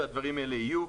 והדברים האלה יהיו.